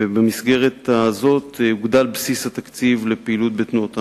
ובמסגרת זו יוגדל בסיס התקציב לפעילות בתנועות הנוער.